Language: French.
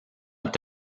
est